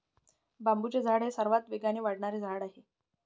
बांबूचे झाड हे सर्वात वेगाने वाढणारे झाड आहे